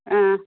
ആ